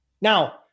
Now